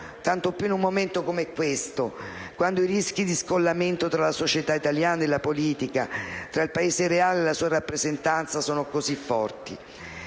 tanto più in un momento come questo, quando i rischi di scollamento tra la società italiana e la politica, fra il Paese reale e la sua rappresentanza sono così forti.